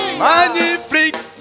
magnifique